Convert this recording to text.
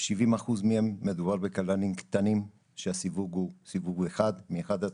70% מהם הם קבלנים קטנים שהסיווג שלהם הוא 1 מ-5-1.